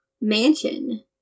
mansion